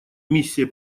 миссия